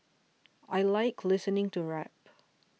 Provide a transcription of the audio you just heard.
I like listening to rap